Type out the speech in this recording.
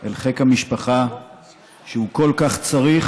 אל חיק המשפחה שהוא כל כך צריך,